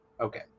okay